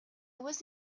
was